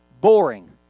boring